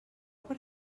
per